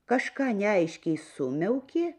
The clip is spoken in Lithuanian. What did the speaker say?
kažką neaiškiai sumiaukė